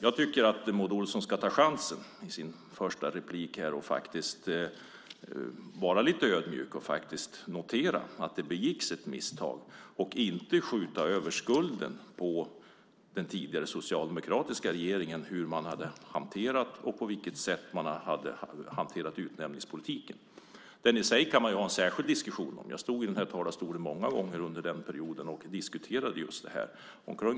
Jag tycker att Maud Olofsson ska ta chansen i sitt nästa inlägg att vara lite ödmjuk, faktiskt notera att det begicks ett misstag och inte skjuta över skulden på den förra socialdemokratiska regeringen för hur den hanterade utnämningspolitiken. Den kan man i och för sig ha en särskild diskussion om. Jag stod i den här talarstolen många gånger under den perioden och diskuterade det här.